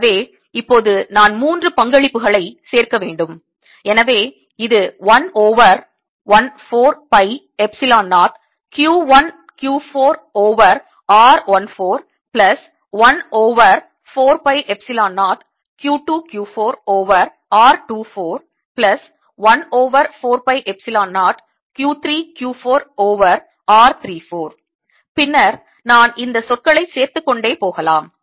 எனவே இப்போது நான் மூன்று பங்களிப்புகளை சேர்க்க வேண்டும் எனவே இது 1 over 1 4 pi Epsilon 0 Q 1 Q 4 over r 1 4 plus 1 over 4 pi Epsilon 0 Q 2 Q 4 over r 2 4 plus 1 over 4 pi Epsilon 0 Q 3 Q 4 over r 3 4 பின்னர் நான் இந்த சொற்களைச் சேர்த்துக் கொண்டே போகலாம்